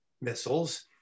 missiles